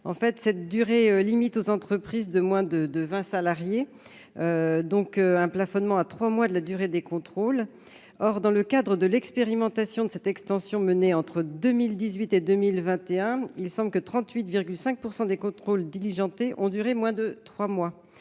cette limite aux entreprises de moins de 20 salariés, en plafonnant à trois mois la durée des contrôles. Dans le cadre de l'expérimentation menée entre 2018 et 2021, il semble que 38,5 % des contrôles diligentés ont duré moins de trois